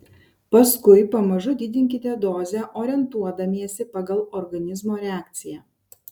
paskui pamažu didinkite dozę orientuodamiesi pagal organizmo reakciją